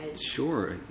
Sure